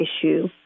issue